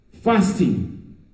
fasting